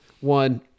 one